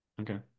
okay